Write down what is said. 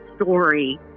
story